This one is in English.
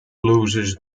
loses